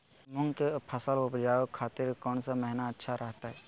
मूंग के फसल उवजावे खातिर कौन महीना अच्छा रहतय?